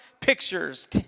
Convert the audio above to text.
pictures